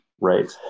right